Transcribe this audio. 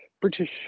British